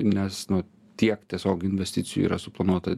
nes nu tiek tiesiog investicijų yra suplanuota